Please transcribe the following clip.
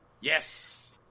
Yes